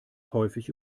häufig